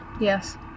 Yes